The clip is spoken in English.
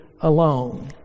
alone